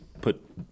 put